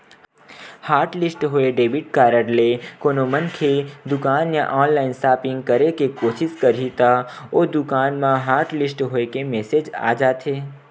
hotlist होए debit card ले कोनो मनखे दुकान या ऑनलाईन सॉपिंग करे के कोसिस करही त ओ दुकान म हॉटलिस्ट होए के मेसेज आ जाथे